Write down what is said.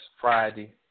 Friday